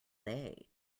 day